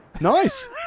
Nice